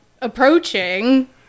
approaching